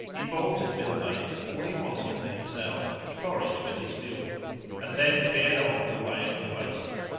he bought at bilbays all he wanted for himself and forage for his mule and then fared on the way of the waste.